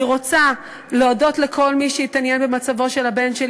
אני רוצה להודות לכל מי שהתעניין במצבו של הבן שלי.